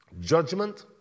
judgment